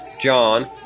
John